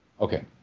Okay